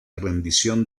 rendición